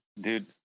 dude